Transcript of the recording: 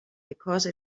because